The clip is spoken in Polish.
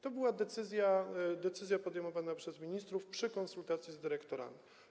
To była decyzja podejmowana przez ministrów przy konsultacji z dyrektorami.